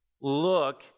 look